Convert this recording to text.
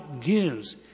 gives